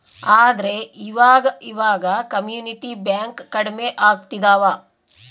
ಆದ್ರೆ ಈವಾಗ ಇವಾಗ ಕಮ್ಯುನಿಟಿ ಬ್ಯಾಂಕ್ ಕಡ್ಮೆ ಆಗ್ತಿದವ